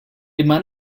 imma